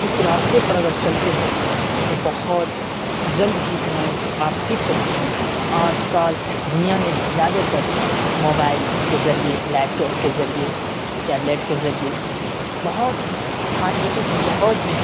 اس راستے پر اگر چلتے ہیں تو بہت جلد ہی ڈرائنگ آپ سیکھ سکتے ہیں آج کل دنیا میں زیادہ تر موبائل کے ذریعے لیپ ٹاپ کے ذریعے ٹیبلیٹ کے ذریعے بہت ای ٹی سی بہت ہی